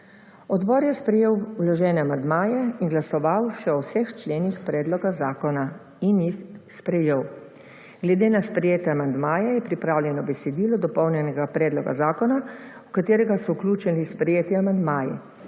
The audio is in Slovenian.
Odbor je sprejel vložene amandmaje in glasoval še o vseh členih predloga zakona in jih sprejel. Glede na sprejete amandmaje je pripravljeno besedilo dopolnjenega predloga zakona v katerega so vključeni sprejeti amandmaji.